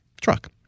truck